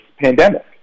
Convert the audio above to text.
pandemic